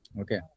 okay